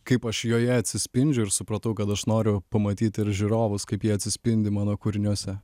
kaip aš joje atsispindžiu ir supratau kad aš noriu pamatyti ir žiūrovus kaip jie atsispindi mano kūriniuose